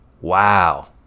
wow